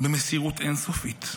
במסירות אין-סופית,